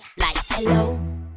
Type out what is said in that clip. hello